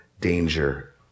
danger